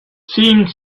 seemed